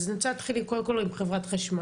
אז אני רוצה להתחיל קודם כל עם חברת חשמל,